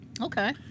Okay